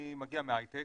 אני מגיע מההייטק,